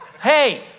hey